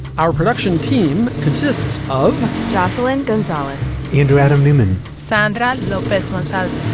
our production team consists of jocelyn gonzalez and adam newman. sandra lopez wants out of